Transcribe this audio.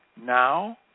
now